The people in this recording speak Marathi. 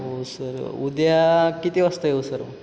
हो सर उद्या किती वाजता येऊ सर